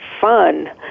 fun